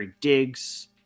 Diggs